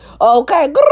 Okay